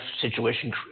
situation